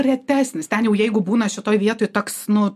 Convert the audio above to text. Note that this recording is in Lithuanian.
retesnis ten jau jeigu būna šitoj vietoj toks nu